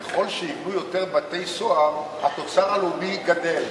ככל שיבנו יותר בתי-סוהר, התוצר הלאומי גדל.